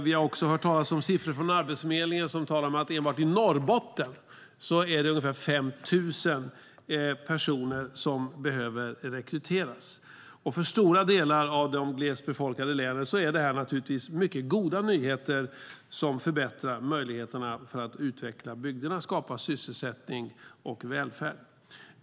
Vi har hört talas om siffror från Arbetsförmedlingen som säger att enbart i Norrbotten behöver ungefär 5 000 personer rekryteras. För stora delar av de glest befolkade länen är detta mycket goda nyheter som förbättrar möjligheterna att utveckla bygderna och skapa sysselsättning och välfärd.